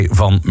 van